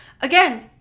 again